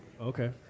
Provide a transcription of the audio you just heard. Okay